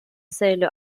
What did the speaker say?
solo